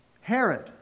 Herod